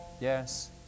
Yes